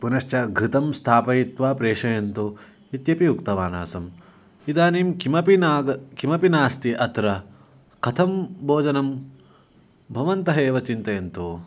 पुनश्च घृतं स्थापयित्वा प्रेषयन्तु इत्यपि उक्तवान् आसम् इदानीं किमपि नाग किमपि नास्ति अत्र कथं भोजनं भवन्तः एव चिन्तयन्तु